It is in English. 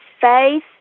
faith